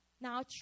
now